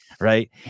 right